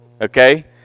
okay